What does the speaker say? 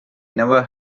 never